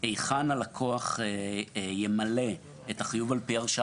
היכן הלקוח ימלא את החיוב על פי הרשאה?